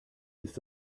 ist